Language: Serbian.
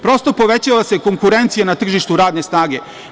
Prosto, povećava se konkurencija na tržištu radne snage.